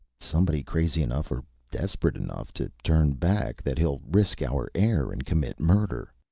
somebody crazy enough or desperate enough to turn back that he'll risk our air and commit murder.